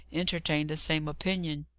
entertained the same opinion.